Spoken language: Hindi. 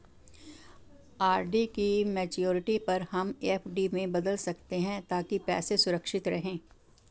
आर.डी की मैच्योरिटी पर हम एफ.डी में बदल सकते है ताकि पैसे सुरक्षित रहें